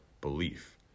belief